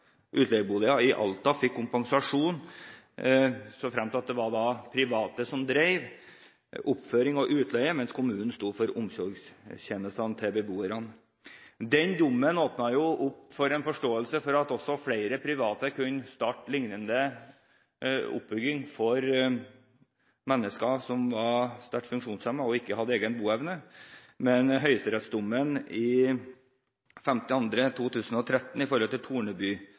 Utleieboliger i Alta fikk kompensasjon så fremt det var private som drev oppføring og utleie, mens kommunen sto for omsorgstjenestene til beboerne. Den dommen åpnet for en forståelse for at også flere private kunne starte lignende oppbygging for mennesker som var sterkt funksjonshemmet og ikke hadde egen boevne. Men i høyesterettsdommen fra 5. februar 2013 om Torneby-saken fikk Torneby